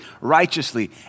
righteously